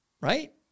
Right